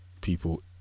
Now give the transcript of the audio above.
people